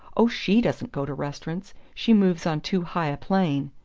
oh, she doesn't go to restaurants she moves on too high a plane.